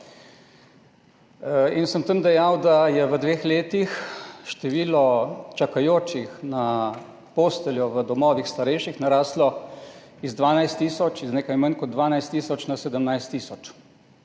Tam sem dejal, da je v dveh letih število čakajočih na posteljo v domovih za starejše naraslo z nekaj manj kot 12 tisoč na 17 tisoč